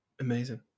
Amazing